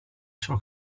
ciò